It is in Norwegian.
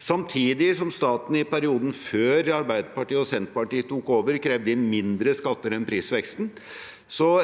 Samtidig som staten i perioden før Arbeiderpartiet og Senterpartiet tok over, krevde inn mindre skatter enn prisveksten,